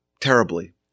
terribly